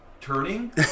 turning